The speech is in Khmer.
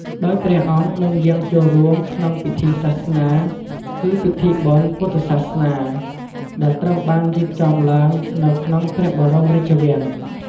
ដោយព្រះអង្គនឹង យាងចូលរួម ក្នុង ពិធីសាសនា គឺ ពិធីបុណ្យពុទ្ធសាសនា ដែលត្រូវបានរៀបចំឡើងនៅក្នុង ព្រះបរមរាជវាំង។